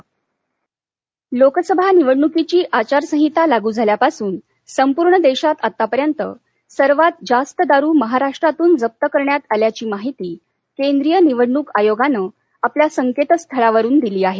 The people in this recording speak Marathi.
दारू लोकसभा निवडणुकीची आचारसंहिता लागू झाल्यापासून संपूर्ण देशात आत्तापर्यंत सर्वात जास्त दारू महाराष्ट्रातून जप्त करण्यात आल्याची माहिती केंद्रीय निवडणूक आयोगानं आपल्या संकेतस्थळावरून दिली आहे